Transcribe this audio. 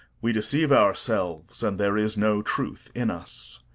we deceive ourselves, and there is no truth in us.